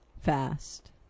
fast